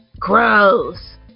gross